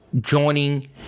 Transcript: Joining